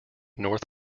north